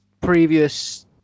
previous